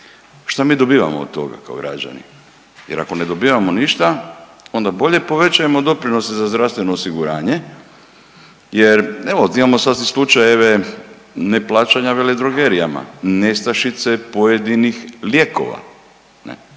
šta mi dobivamo od toga kao građani jer ako ne dobivamo ništa onda bolje povećajmo doprinose za zdravstveno osiguranje jer evo imao sasvim slučajeve neplaćanja veledrogerijama, nestašice pojedinih lijekova